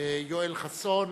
יואל חסון